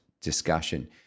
discussion